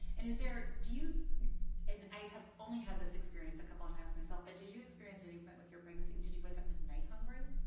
and is there do you and i have only had this experience a couple of times myself but did you experience any point with your pregnancy and did you wake up at night hungry?